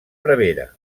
prevere